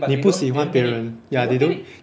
你不喜欢别人 ya they don't